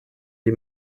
die